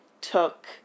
took